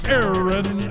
Aaron